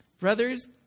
Brothers